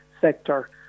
sector